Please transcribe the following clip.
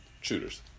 shooters